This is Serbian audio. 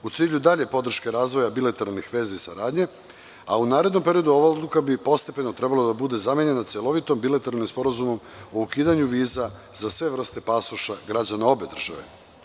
U cilju dalje podrške razvoja bilateralnih veza saradnje, a u narednom periodu, ova odluka bi postepeno trebalo da bude zamenjena celovitim bilateralnim sporazumom o ukidanju viza za sve vrste pasoša građana obe države.